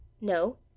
No